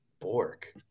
Bork